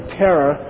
terror